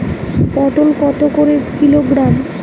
পটল কত করে কিলোগ্রাম?